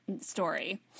story